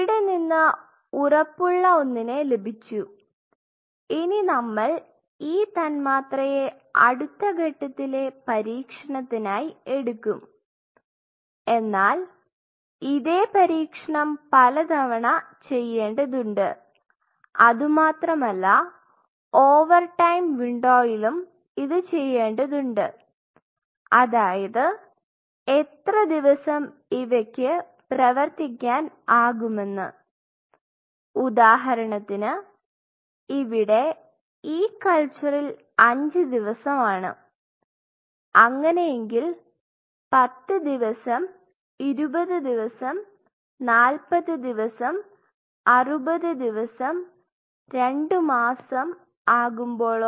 ഇവിടെനിന്ന് ഉറപ്പുള്ള ഒന്നിനെ ലഭിച്ചു ഇനി നമ്മൾ ഈ തന്മാത്രയെ അടുത്ത ഘട്ടത്തിലെ പരീക്ഷണത്തിനായി എടുക്കും എന്നാൽ ഇതേ പരീക്ഷണം പലതവണ ചെയ്യേണ്ടതുണ്ട് അതു മാത്രമല്ല ഓവർടൈം വിൻഡോയിലും ഇത് ചെയ്യേണ്ടതുണ്ട് അതായത് എത്ര ദിവസം ഇവയ്ക്ക് പ്രവർത്തിക്കാൻ ആകുമെന്ന് ഉദാഹരണത്തിന് ഇവിടെ ഈ കൾച്ചറിൽ അഞ്ച് ദിവസമാണ് അങ്ങനെയെങ്കിൽ 10 ദിവസം 20 ദിവസം 40 ദിവസം 60 ദിവസം രണ്ട് മാസം ആകുമ്പോൾഓ